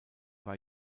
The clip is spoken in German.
war